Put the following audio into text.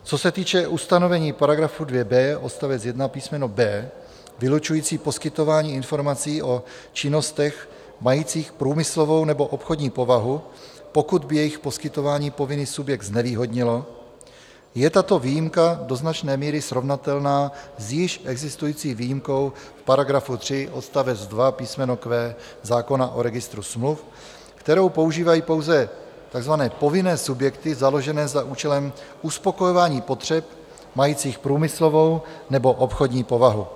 Co se týče ustanovení § 2b odst. 1 písmeno b) vylučující poskytování informací o činnostech majících průmyslovou nebo obchodní povahu, pokud by jejich poskytování povinný subjekt znevýhodnilo, je tato výjimka do značné míry srovnatelná s již existující výjimkou v § 3 odst. 2 písmeno q) zákona o registru smluv, kterou používají pouze takzvané povinné subjekty založené za účelem uspokojování potřeb majících průmyslovou nebo obchodní povahu.